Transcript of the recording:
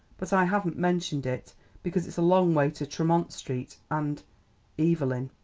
but i haven't mentioned it because it's a long way to tremont street and evelyn.